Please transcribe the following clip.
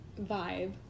vibe